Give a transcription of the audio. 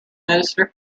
minister